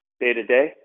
day-to-day